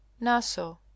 naso